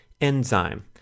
Enzyme